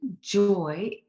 joy